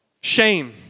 Shame